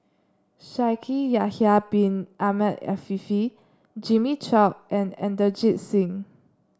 Shaikh Yahya Bin Ahmed Afifi Jimmy Chok and Inderjit Singh